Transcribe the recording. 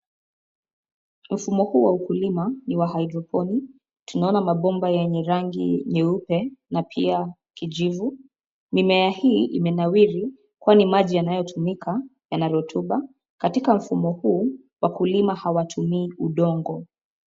Mfumo huu wa ukulima, ni wa hydroponic. Tunaona mabomba yenye rangi nyeupe na pia kijivu. Mimea hii imenawiri kwani maji yanayotumika yana rotuba. Katika mfumo huu, wakulima hawatumii udongo.